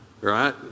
Right